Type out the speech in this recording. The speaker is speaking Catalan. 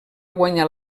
guanyar